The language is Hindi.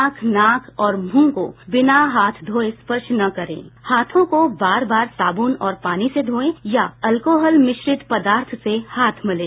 आंख नाक और मुंह को बिना हाथ धोये स्पर्श न करें हाथों को बार बार साबुन पानी से धोएं या अल्कोहल मिश्रित पदार्थ से हाथ मलें